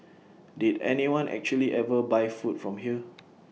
did anyone actually ever buy food from here